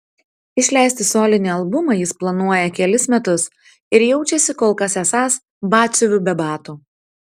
išleisti solinį albumą jis planuoja kelis metus ir jaučiasi kol kas esąs batsiuviu be batų